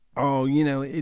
oh, you know,